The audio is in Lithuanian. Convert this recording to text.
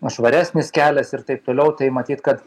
o švaresnis kelias ir taip toliau tai matyt kad